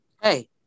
Hey